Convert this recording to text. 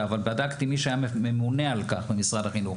אבל בדקתי עם מי היה ממונה על כך במשרד החינוך